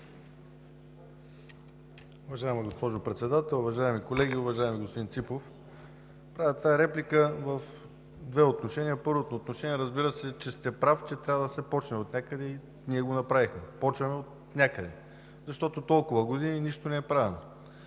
Уважаема госпожо Председател, уважаеми колеги! Уважаеми господин Ципов, правя тази реплика в две отношения. Първото отношение, разбира се, че сте прав, че трябва да се започне отнякъде и ние го направихме – започваме отнякъде, защото толкова години нищо не е правено.